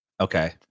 Okay